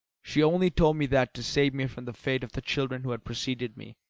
she only told me that to save me from the fate of the children who had preceded me,